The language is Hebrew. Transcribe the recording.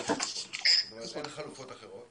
ואין חלופות אחרות